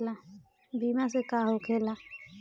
बीमा से का होखेला?